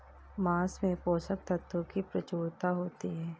माँस में पोषक तत्त्वों की प्रचूरता होती है